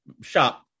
shop